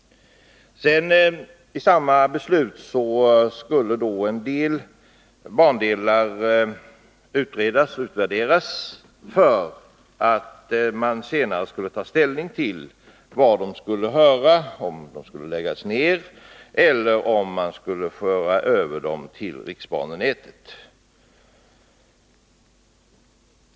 Enligt samma beslut skulle några bandelar utredas och utvärderas, för att man senare skulle ta ställning till vart de skulle höra, om de skulle läggas ner eller om de skulle föras över till riksbanenätet.